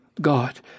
God